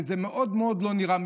וזה נראה מאוד מאוד לא מכובד.